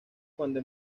cuando